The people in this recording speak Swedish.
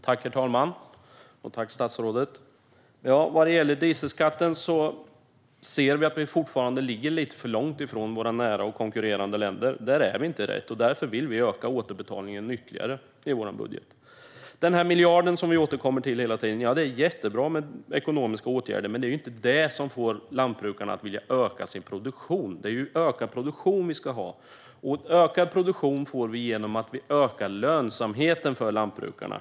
Herr talman! Vad gäller dieselskatten ligger Sverige lite för långt ifrån nära och konkurrerande länder. Vi ligger inte rätt där, och därför vill Moderaterna i sin budget öka återbetalningen ytterligare. När det gäller den miljard som vi hela tiden återkommer till - ja, det är jättebra med ekonomiska åtgärder. Men det är inte det här som får lantbrukarna att vilja öka sin produktion. Det är ju ökad produktion som behövs, och ökad produktion får vi genom att öka lönsamheten för lantbrukarna.